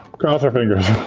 cross our fingers.